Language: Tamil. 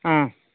ஆ